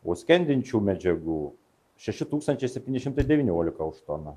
o skendinčių medžiagų šeši tūkstančiai septyni šimtai devyniolika už toną